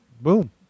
Boom